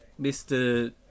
Mr